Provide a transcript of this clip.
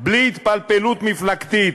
בלי התפלפלות מפלגתית.